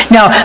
Now